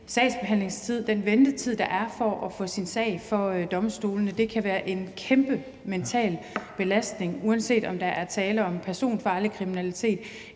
den ventetid, der er i forbindelse med at få sin sag for domstolene. Det kan være en kæmpe mental belastning, uanset om der er tale om personfarlig kriminalitet,